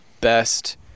best